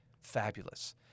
fabulous